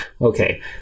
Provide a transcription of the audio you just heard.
Okay